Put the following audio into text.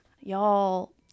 Y'all